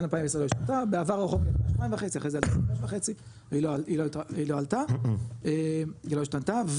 בעבר הרחוק היה 2.5 אחרי זה 3.5 והיא לא עלתה היא לא השתנתה.